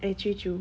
eh true true